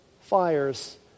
fires